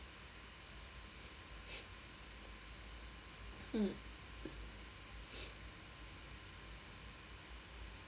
mm